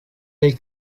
they